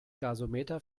gasometer